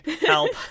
Help